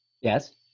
Yes